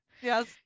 yes